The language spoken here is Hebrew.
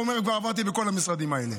הוא אומר: כבר עברתי בכל המשרדים האלה.